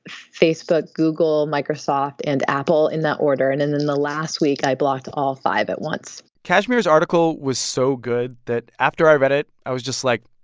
facebook, google, microsoft and apple in that order. and and then in the last week, i blocked all five at once kashmir's article was so good that after i read it, i was just like,